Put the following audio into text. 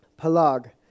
palag